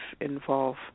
involve